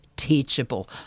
teachable